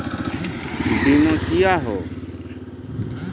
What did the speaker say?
बीमा क्या हैं?